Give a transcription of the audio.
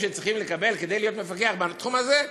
שצריכים לקבל כדי להיות מפקח בתחום הזה,